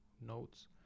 notes